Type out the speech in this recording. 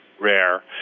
rare